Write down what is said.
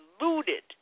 looted